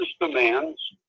demands